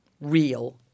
real